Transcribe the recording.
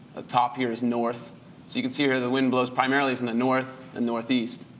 the top here is north, so you can see here, the wind blows primarily from the north and northeast